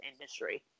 industry